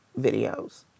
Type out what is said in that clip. videos